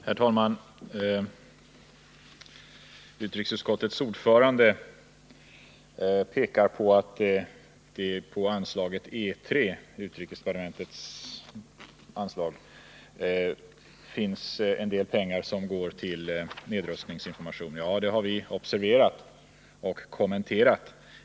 Herr talman! Utrikesutskottets ordförande pekar på att det från utrikesdepartementets anslag E 3 går en del pengar till nedrustningsinformation. Ja, det har vi observerat och kommenterat.